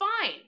fine